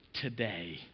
Today